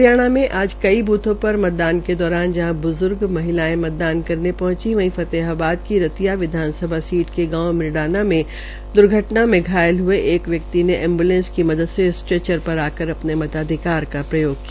हरियाणा में आज कई बूथे पर मतदान के दौरान बुजुर्ग महिलायें मतदान करने पहंचीवहीं फतेहाबाद की रतिया विधानसभा सीट के गांव भिडराना में द्र्घटना में घायल हये एक व्यक्ति का एंब्लेंस का मदद से स्ट्रेचर पर आकर अपने मताधिकार का प्रयाग किया